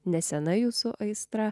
nesena jūsų aistra